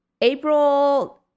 April